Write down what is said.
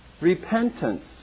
repentance